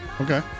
Okay